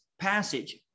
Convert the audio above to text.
passage